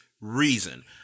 reason